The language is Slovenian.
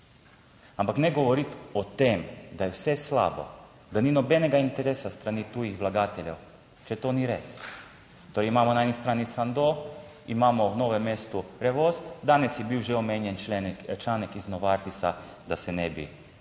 Ampak ne govoriti o tem, da je vse slabo, da ni nobenega interesa s strani tujih vlagateljev, če to ni res. Torej, imamo na eni strani Sandoz, imamo v Novem mestu Revoz, danes je bil že omenjen članek iz Novartisa, da se ne bi, ne